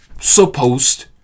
supposed